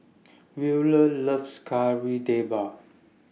Wheeler loves Kari Debal